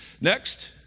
Next